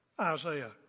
Isaiah